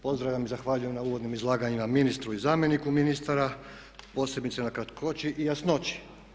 Pozdravljam i zahvaljujem na uvodnim izlaganjima ministru i zamjeniku ministra, posebice na kratkoći i jasnoći.